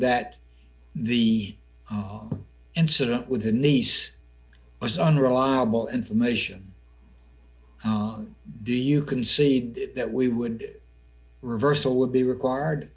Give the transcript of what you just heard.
that the incident with the niece was unreliable information do you concede that we would reversal would be required